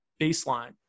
baseline